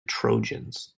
trojans